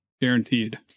Guaranteed